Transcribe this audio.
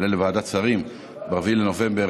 הוא יעלה לוועדת שרים ב-4 בנובמבר,